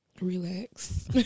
Relax